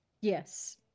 Yes